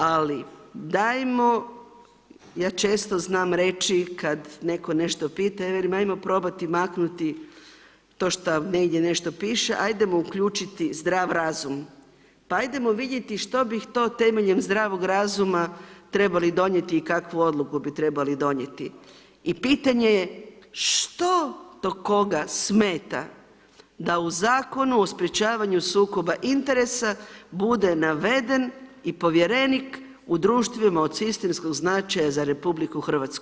Ali dajmo, ja često znam reći kad netko nešto pita, ja velim ajmo probati maknuti to što negdje nešto piše, ajdemo uključiti zdrav razum pa ajdemo vidjeti što bi to temeljem zdravog razuma trebali donijeti i kakvu odluku bi trebali donijeti i pitanje je što to koga smeta da u Zakonu o sprječavanju sukoba interesa bude naveden i povjerenik u društvima od sistemskog značaja za RH.